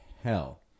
hell